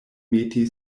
meti